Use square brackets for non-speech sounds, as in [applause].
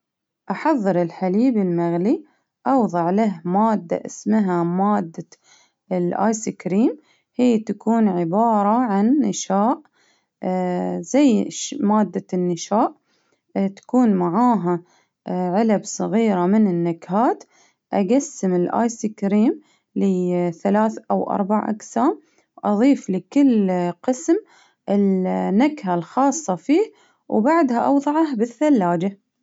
أحظر الحليب المغلي، أوضع له مادة إسمها مادة الأيس كريم، هي تكون عبارة عن نشاء [hesitation] زي ش-مادة النشاء، تكون معاها [hesitation] علب صغيرة من النكهات ، أقسم الأيس كريم لثلاث أو أربع أقسام، أظيف لكل قسم النكهة الخاصة فيه، وبعدها أوظعه بالثلاجة.